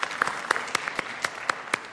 (מחיאות כפיים)